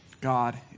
God